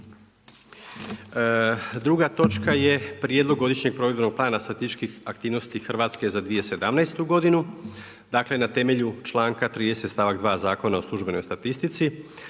Druga točka je Prijedlog godišnjeg provedbenog plana statističkih aktivnosti Hrvatske za 2017. godinu. Dakle na temelju članka 30. stavak 2. Zakona o službenoj statistici